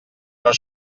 però